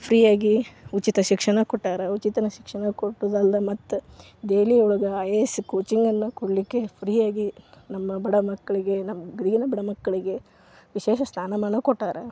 ಫ್ರಿಯಾಗಿ ಉಚಿತ ಶಿಕ್ಷಣ ಕೊಟ್ಟಾರ ಉಚಿತ ಶಿಕ್ಷಣ ಕೊಡೋದಲ್ಲದೆ ಮತ್ತು ದೆಹಲಿಯೊಳಗೆ ಐ ಎ ಎಸ್ ಕೋಚಿಂಗನ್ನು ಕೊಡಲಿಕ್ಕೆ ಫ್ರೀ ಆಗಿ ನಮ್ಮ ಬಡ ಮಕ್ಕಳಿಗೆ ನಮ್ಮ ಗದಗಿನ ಬಡ ಮಕ್ಕಳಿಗೆ ವಿಶೇಷ ಸ್ಥಾನಮಾನ ಕೊಟ್ಟಾರ